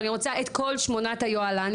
ואני רוצה את כל שמונה היוהל"ניות,